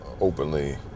openly